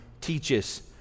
teaches